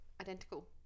identical